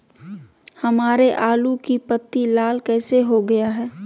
हमारे आलू की पत्ती लाल कैसे हो गया है?